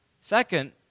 Second